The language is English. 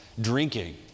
drinking